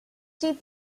phd